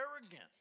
arrogant